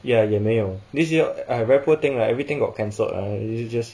ya 也没有 this year !aiya! very poor thing lah everything got cancelled ah